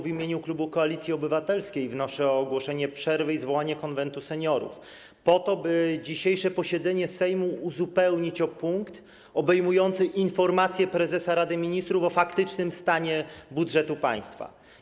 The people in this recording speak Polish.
W imieniu klubu Koalicji Obywatelskiej wnoszę o ogłoszenie przerwy i zwołanie Konwentu Seniorów po to, by dzisiejsze posiedzenie Sejmu uzupełnić o punkt obejmujący informację prezesa Rady Ministrów o faktycznym stanie budżetu państwa.